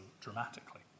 dramatically